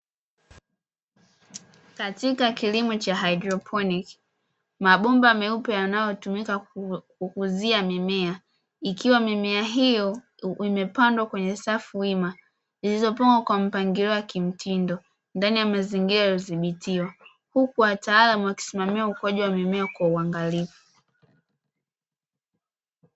Katika kilimo cha haidroponiki mabomba meupe yanayotumika kukuzia mimea. Ikiwa mimea iyo imepandwa kwenye safu wima, zilizopangwa kwa mpangilio wakimtindo ndani ya mazingira yaliyodhibitiwa. Huku wataalam wakisimamia ukuaji wa mimea kwa uangalifu.